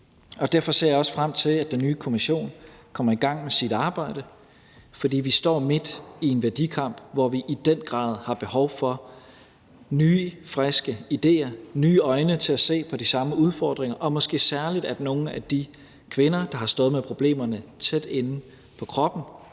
Derfor ser jeg også frem til, at den nye kommission kommer i gang med sit arbejde, for vi står midt i en værdikamp, hvor vi i den grad har behov for nye, friske idéer og nye øjne til at se på de samme udfordringer og måske særlig, at nogle af de kvinder, der har stået med problemerne tæt inde på kroppen